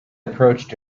approached